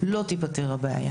לא תיפתר הבעיה.